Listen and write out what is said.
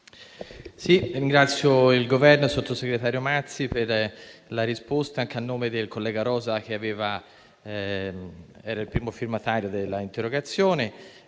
ringrazio il Governo e il sottosegretario Mazzi per la risposta, anche al nome del collega Rosa, quale primo firmatario dell'interrogazione.